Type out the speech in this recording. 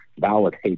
validate